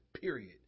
period